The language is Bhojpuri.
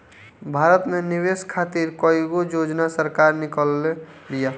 भारत में निवेश खातिर कईगो योजना सरकार निकलले बिया